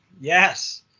yes